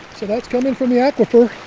so that's coming from the aquifer